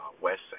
West